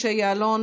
משה יעלון,